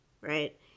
right